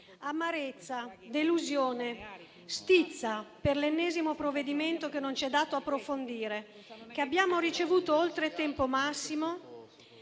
amarezza, delusione, stizza per l'ennesimo provvedimento che non c'è dato approfondire, che abbiamo ricevuto oltre tempo massimo